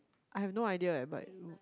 I have no idea eh but